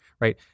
right